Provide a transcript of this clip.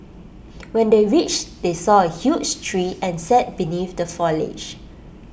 when they reached they saw A huge tree and sat beneath the foliage